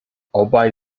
obaj